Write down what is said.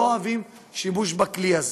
לא אוהבים שימוש בכלי הזה.